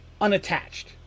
unattached